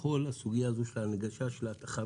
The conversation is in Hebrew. בכל הסוגיה הזו של ההנגשה של התחרות.